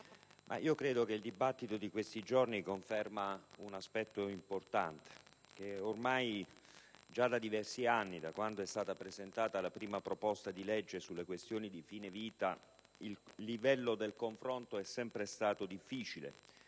credo che il dibattito di questi giorni confermi un aspetto importante, ossia che già da diversi anni, da quando è stata presentata la prima proposta di legge sulle questioni di fine vita, il livello del confronto è sempre stato difficile.